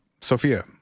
Sophia